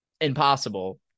impossible